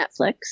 Netflix